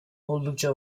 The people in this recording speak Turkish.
oldukça